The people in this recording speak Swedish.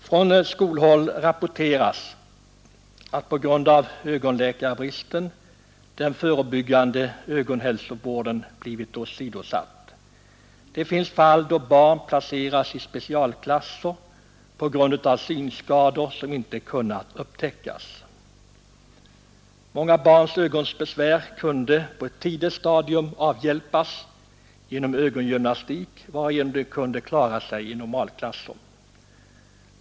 Från skolhåll rapporteras att på grund av ögonläkarbristen den förebyggande ögonhälsovården blivit åsidosatt. Det finns fall då barn placeras i specialklasser på grund av synskador som inte kunnat upptäckas. Många barns ögonbesvär kunde på ett tidigt stadium avhjälpas genom ögongymnastik, varigenom de kunde klara sig i normalklasser.